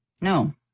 No